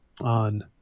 on